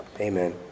amen